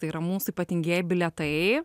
tai yra mūsų ypatingieji bilietai